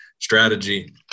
strategy